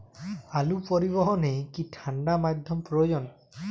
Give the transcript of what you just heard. আলু পরিবহনে কি ঠাণ্ডা মাধ্যম প্রয়োজন?